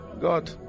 God